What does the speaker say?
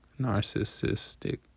narcissistic